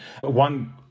One